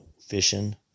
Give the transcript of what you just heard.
Fishing